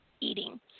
eating